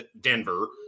Denver